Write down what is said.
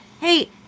hey